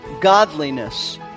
godliness